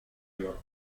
york